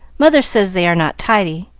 mother says they are not tidy,